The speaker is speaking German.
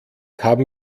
haben